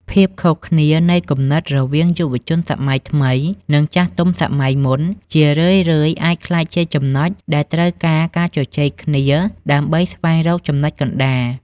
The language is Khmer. ភាពខុសគ្នានៃគំនិតរវាងយុវវ័យសម័យថ្មី និងចាស់ទុំសម័យមុន ជារឿយៗអាចក្លាយជាចំណុចដែលត្រូវការការជជែកគ្នាដើម្បីស្វែងរកចំណុចកណ្ដាល។